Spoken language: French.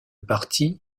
parti